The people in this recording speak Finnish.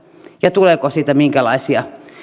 ja tuleeko siitä minkälaisia